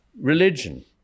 religion